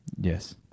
Yes